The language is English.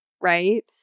right